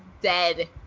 dead